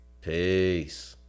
Peace